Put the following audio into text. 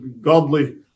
godly